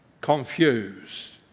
confused